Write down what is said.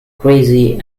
crazy